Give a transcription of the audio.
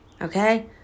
Okay